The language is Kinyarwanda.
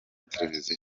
televiziyo